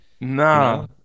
No